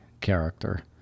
character